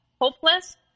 hopeless